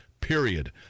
period